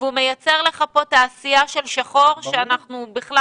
הוא מייצר לך פה תעשייה בשחור שאנחנו בכלל